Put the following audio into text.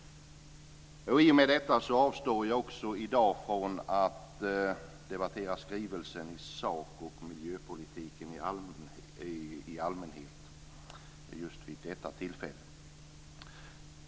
I och med detta avstår jag också i dag från att debattera skrivelsen i sak och miljöpolitiken i allmänhet.